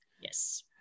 Yes